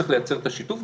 צריך לייצר את השיתוף,